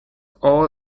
all